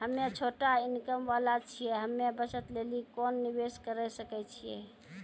हम्मय छोटा इनकम वाला छियै, हम्मय बचत लेली कोंन निवेश करें सकय छियै?